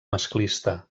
masclista